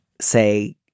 say